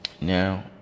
Now